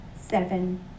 seven